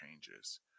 changes